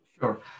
Sure